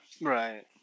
Right